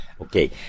Okay